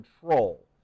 control